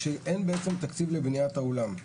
כשאין בעצם תקציב לבניית האולם.